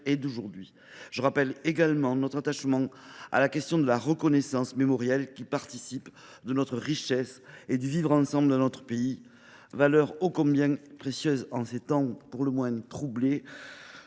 et d’aujourd’hui. Je veux rappeler également notre attachement à la question de la reconnaissance mémorielle, qui participe de notre richesse et du vivre ensemble dans notre pays, valeurs ô combien précieuses en ces temps pour le moins troublés,